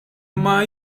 imma